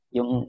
Yung